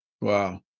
Wow